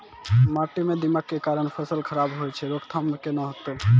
माटी म दीमक के कारण फसल खराब होय छै, रोकथाम केना होतै?